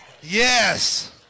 Yes